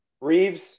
Reeves